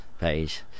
page